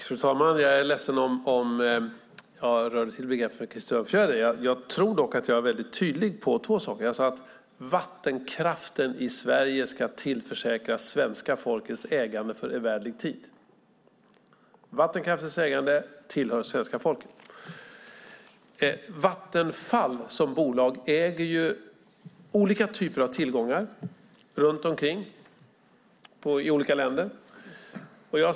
Fru talman! Jag är ledsen om jag rörde till begreppen för Krister Örnfjäder. Jag tror dock att jag var väldigt tydlig om två saker. Jag sade att vattenkraften i Sverige ska tillförsäkras svenska folkets ägande för evärdlig tid. Vattenkraftens ägande tillhör svenska folket. Vattenfall som bolag äger olika typer av tillgångar i olika länder.